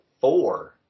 four